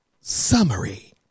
summary